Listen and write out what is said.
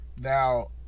Now